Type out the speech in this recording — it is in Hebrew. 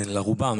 לרובם,